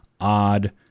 odd